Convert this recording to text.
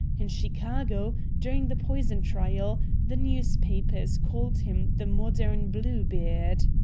in chicago, during the poison trial, the newspapers called him the modern bluebeard.